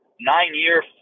nine-year